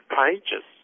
pages